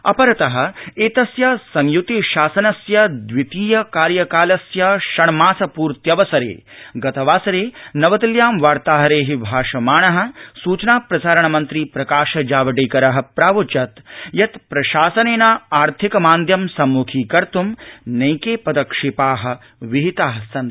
अपरतः एतस्य संय्ति शासनस्य द्वितीय कार्यकालस्य षण्मास पूर्त्यवसरे गतवासरे नवदिल्ल्यां वार्ताहरैः भाषमाणः सूचना प्रसारण मन्त्री प्रकाश जावडेकरः उक्तवान् यत् प्रशासनेन आर्थिक मान्द्यं सम्म्खीकर्त् नैके पदक्षेपाः विहिताः सन्ति